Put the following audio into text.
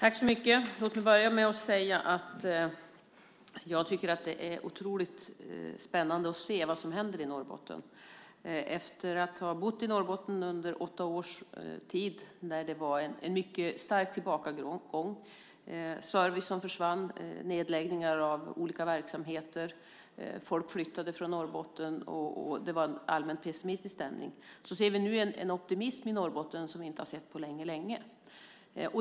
Fru talman! Låt mig börja med att säga att det är otroligt spännande att se vad som händer i Norrbotten. Efter att ha bott i Norrbotten under åtta års tid med en mycket stark tillbakagång - service försvann, olika verksamheter lades ned, folk flyttade från Norrbotten och det var en allmänt pessimistisk stämning - ser vi nu en optimism i Norrbotten som vi inte har sett på mycket länge.